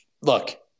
look